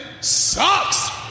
sucks